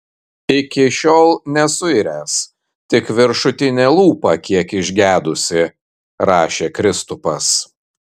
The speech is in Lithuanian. iki šiol nesuiręs tik viršutinė lūpa kiek išgedusi rašė kristupas